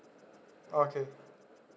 okay